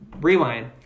Rewind